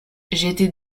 j’étais